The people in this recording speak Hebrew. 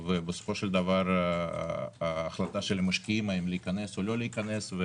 ובסופו של דבר ההחלטה של המשקיעים האם להיכנס או לא להיכנס,